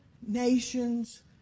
nation's